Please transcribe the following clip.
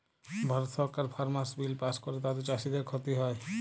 ভারত সরকার farmers bill pass ক্যরে তাতে চাষীদের খ্তি হ্যয়